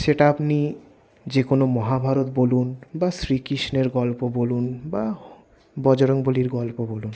সেটা আপনি যে কোনো মহাভারত বলুন বা শ্রীকৃষ্ণের গল্প বলুন বা বজরংবলীর গল্প বলুন